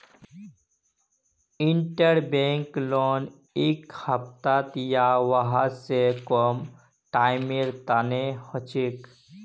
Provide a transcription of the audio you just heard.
interbank loan एक हफ्ता या वहा स कम टाइमेर तने हछेक